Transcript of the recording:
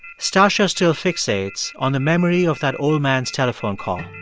stacya still fixates on the memory of that old man's telephone call